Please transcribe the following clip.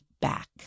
back